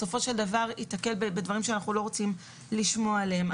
בסופו של דבר ייתקל בדברים שאנחנו לא רוצים לשמוע עליהם.